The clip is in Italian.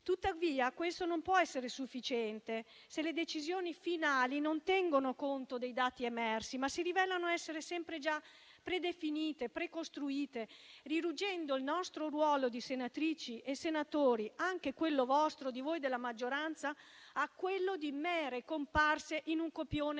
Questo non può essere sufficiente, però, se le decisioni finali non tengono conto dei dati emersi, ma si rivelano essere sempre già predefinite e precostruite, riducendo il nostro ruolo di senatrici e senatori, e anche il vostro di maggioranza, a quello di mere comparse in un copione